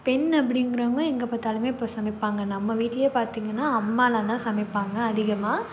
பெண் அப்படிங்கிறவுங்க எங்கே பார்த்தாலுமே இப்போ சமைப்பாங்க நம்ம வீட்லேயே பார்த்தீங்கன்னா அம்மாலாந்தான் சமைப்பாங்க அதிகமாக